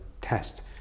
test